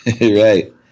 Right